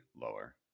lower